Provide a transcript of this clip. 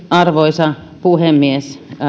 arvoisa puhemies